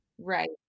Right